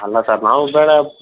ಅಲ್ಲ ಸರ್ ನಾವು ಬೇಡ